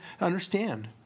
understand